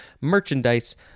merchandise